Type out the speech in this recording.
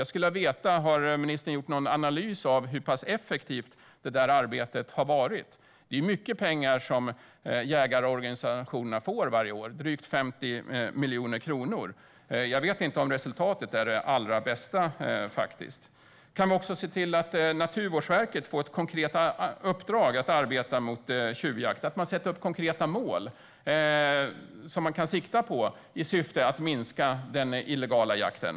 Jag skulle vilja veta om ministern har gjort någon analys av hur effektivt det arbetet har varit. Det är mycket pengar som jägarorganisationerna får varje år, drygt 50 miljoner kronor, men jag vet inte om resultatet är det allra bästa. Kan vi också se till att Naturvårdsverket får ett konkret uppdrag för att arbeta mot tjuvjakten? Man kan sätta upp konkreta mål som man ska sikta på i syfte att minska den illegala jakten.